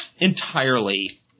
entirely